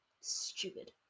Stupid